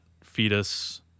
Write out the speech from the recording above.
fetus